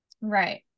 Right